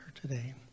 today